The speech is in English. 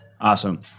Awesome